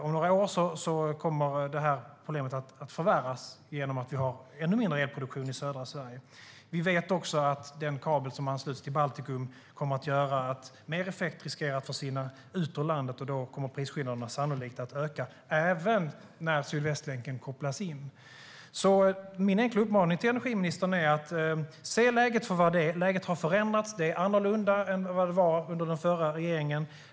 Om några år kommer problemet att förvärras genom att vi har ännu mindre elproduktion i södra Sverige. Vi vet också att den kabel som ansluts till Baltikum kommer att göra att mer effekt riskerar att försvinna ut ur landet, och då kommer prisskillnaderna sannolikt att öka - även när Sydvästlänken kopplas in. Min enkla uppmaning till energiministern är: Se läget för vad det är! Läget har förändrats. Det är annorlunda än vad det var under den förra regeringen.